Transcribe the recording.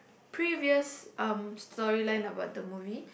previous um storyline about the movie